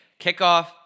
Kickoff